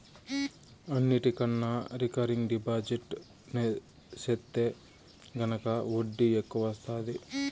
అన్నిటికన్నా recurring deposit సెత్తే గనక ఒడ్డీ ఎక్కవొస్తాది